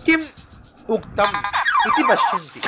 किम् उक्तम् इति पश्यन्ति